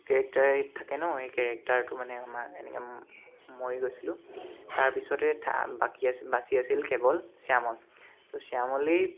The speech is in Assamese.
কেৰেক্টাৰ এই থাকে ন এই কেৰেক্টাৰটো মানে আমাৰ মৰি গৈছিলোঁ তাৰপিছতে তা বাকী আছি বাচি আছিল কেৱল শ্যামল তো শ্যামলেই